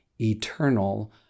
eternal